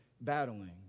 Battling